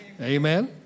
amen